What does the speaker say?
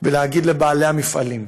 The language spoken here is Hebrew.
ולהגיד לבעלי המפעלים,